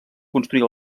construir